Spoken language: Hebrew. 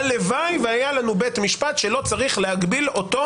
הלוואי והיה לנו בית משפט שלא צריך להגביל אותו,